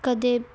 ਕਦੇ